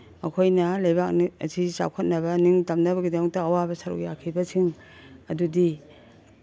ꯑꯩꯈꯣꯏꯅ ꯂꯩꯕꯥꯛ ꯑꯁꯤ ꯆꯥꯎꯈꯠꯅꯕ ꯅꯤꯡꯇꯝꯅꯕꯒꯤꯗꯃꯛꯇ ꯑꯋꯥꯕ ꯁꯔꯨꯛ ꯌꯥꯈꯤꯕꯁꯤꯡ ꯑꯗꯨꯗꯤ